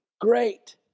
great